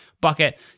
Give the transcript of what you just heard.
bucket